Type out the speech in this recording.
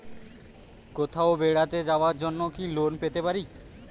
কোথাও বেড়াতে যাওয়ার জন্য কি লোন পেতে পারি?